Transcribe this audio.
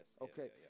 Okay